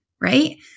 right